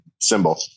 symbol